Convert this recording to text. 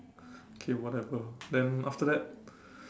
okay whatever then after that